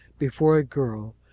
before a girl,